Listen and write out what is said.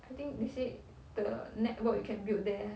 I think they said the network you can build there